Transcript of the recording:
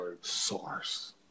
source